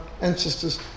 ancestors